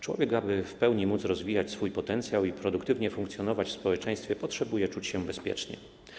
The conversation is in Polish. Człowiek, aby w pełni móc rozwijać swój potencjał i produktywnie funkcjonować w społeczeństwie, potrzebuje czuć się bezpiecznie.